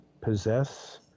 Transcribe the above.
possess